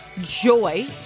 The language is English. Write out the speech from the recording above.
joy